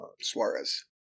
suarez